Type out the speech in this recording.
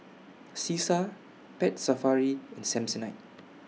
Cesar Pet Safari and Samsonite